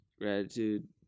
Gratitude